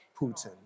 Putin